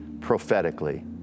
prophetically